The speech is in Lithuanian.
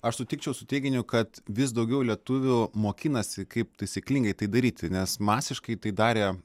aš sutikčiau su teiginiu kad vis daugiau lietuvių mokinasi kaip taisyklingai tai daryti nes masiškai tai darė